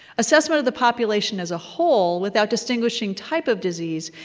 assessment of the population as a whole, without distinguishing type of disease,